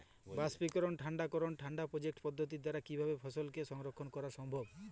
বাষ্পীকরন ঠান্ডা করণ ঠান্ডা প্রকোষ্ঠ পদ্ধতির দ্বারা কিভাবে ফসলকে সংরক্ষণ করা সম্ভব?